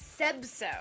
Sebso